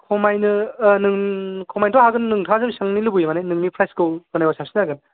खमायनो ओ नों खमायनोथ' हागोन नोंथाङा जों सोंनो लुबैदों मानि नोंनि प्राइसखौ खोनाबा साबसिन जागोन